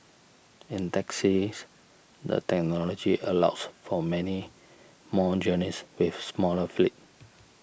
in taxis the technology allows for many more journeys with smaller fleet